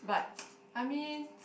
but I mean